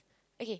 okay